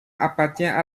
appartient